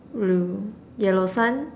mm yellow sun